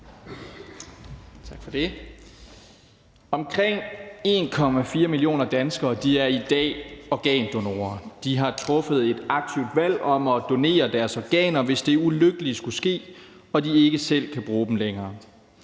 Omkring 1,4 millioner danskere er i dag organdonorer. De har truffet et aktivt valg om at donere deres organer, hvis det ulykkelige skulle ske, og de ikke selv kan bruge dem længere.